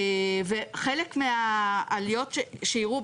חלק מהעליות שהראו,